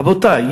רבותי,